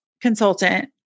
consultant